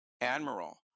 admiral